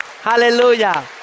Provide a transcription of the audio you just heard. Hallelujah